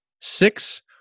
six